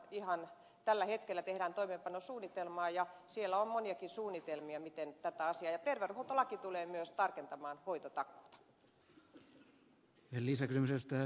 ihan tällä hetkellä tehdään toimeenpanosuunnitelmaa ja siellä on moniakin suunnitelmia ja terveydenhoitolaki tulee myös tarkentamaan hoitotakuuta